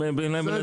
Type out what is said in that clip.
הם בינם לבין עצמם.